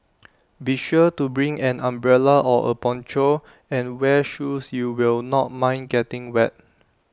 be sure to bring an umbrella or A poncho and wear shoes you will not mind getting wet